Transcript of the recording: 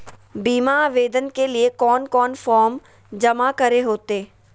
बीमा आवेदन के लिए कोन कोन फॉर्म जमा करें होते